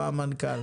המנכ"ל.